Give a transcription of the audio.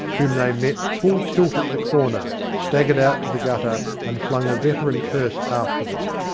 whom they met full tilt at the corner, staggered out to the gutter and flung a veteran curse after them.